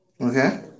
Okay